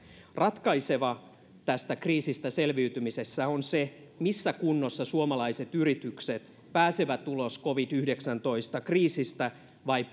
ratkaisevaa tästä kriisistä selviytymisessä on se missä kunnossa suomalaiset yritykset pääsevät ulos covid yhdeksäntoista kriisistä vai